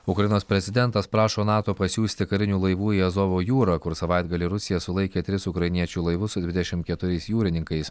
ukrainos prezidentas prašo nato pasiųsti karinių laivų į azovo jūrą kur savaitgalį rusija sulaikė tris ukrainiečių laivus su dvidešimt keturiais jūrininkais